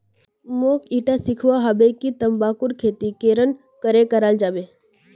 मोक ईटा सीखवा हबे कि तंबाकूर खेती केरन करें कराल जाबे